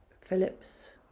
Phillips